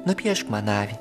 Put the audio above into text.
nupiešk man avį